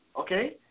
okay